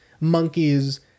monkeys